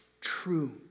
true